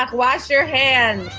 like wash your hand.